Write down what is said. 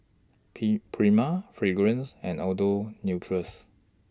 P Prima Fragrance and Andalou Naturals